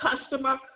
customer